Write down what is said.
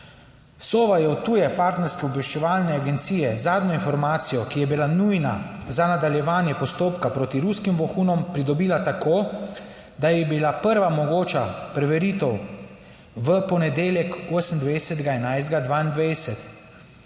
Sova je od tuje partnerske obveščevalne agencije zadnjo informacijo, ki je bila nujna za nadaljevanje postopka proti ruskim vohunom, pridobila tako, da je bila prva mogoča preveritev v ponedeljek, 28. 11.